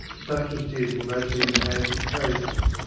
such as did were mostly in the hands of tradesmen,